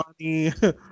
money